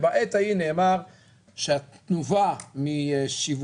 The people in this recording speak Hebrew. בעת ההיא נאמר שהתנובה משיווקי